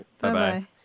Bye-bye